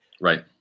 right